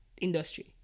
industry